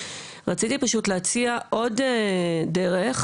רציתי פשוט להציע עוד דרך,